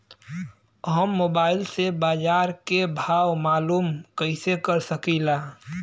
हम मोबाइल से बाजार के भाव मालूम कइसे कर सकीला?